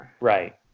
Right